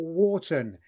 Wharton